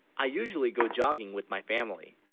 i usually go jogging with, my family